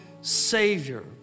Savior